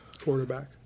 Quarterback